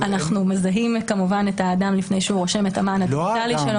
אנחנו כמובן מזהים את האדם לפני שהוא רושם את המען הדיגיטלי.